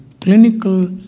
clinical